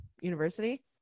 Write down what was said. University